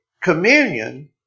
communion